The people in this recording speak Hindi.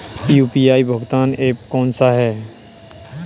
यू.पी.आई भुगतान ऐप कौन सा है?